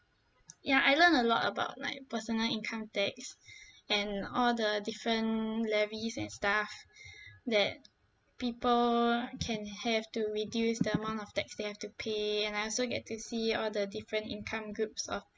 ya I learn a lot about my personal income tax and all the different levies and stuff that people can have to reduce the amount of tax they have to pay and I also get to see all the different income groups of